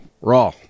Raw